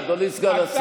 אדוני היושב-ראש,